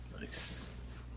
Nice